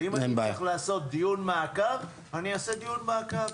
ואם צריך לעשות דיון מעקב אני אעשה דיון מעקב.